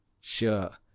Sure